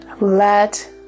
Let